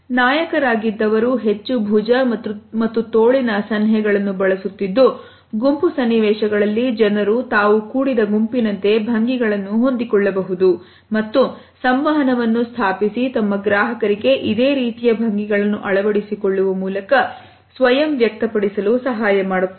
ನಾಯಕರಾಗಿದ್ದವರು ಹೆಚ್ಚು ಭುಜ ಮತ್ತು ತೋಳಿನ ಸನ್ನೆಗಳನ್ನು ಬಳಸುತ್ತಿದ್ದು ಗುಂಪು ಸನ್ನಿವೇಶಗಳಲ್ಲಿ ಜನರು ತಾವು ಕೂಡಿದ ಗುಂಪಿನಂತೆ ಭಂಗಿಗಳನ್ನು ಹೊಂದಿಕೊಳ್ಳಬಹುದು ಮತ್ತು ಸಂವಹನವನ್ನು ಸ್ಥಾಪಿಸಿ ತಮ್ಮ ಗ್ರಾಹಕರಿಗೆ ಇದೇ ರೀತಿಯ ಭಂಗಿಗಳನ್ನು ಅಳವಡಿಸಿಕೊಳ್ಳುವ ಮೂಲಕ ಸ್ವಯಂ ವ್ಯಕ್ತಪಡಿಸಲು ಸಹಾಯ ಮಾಡುತ್ತಾರೆ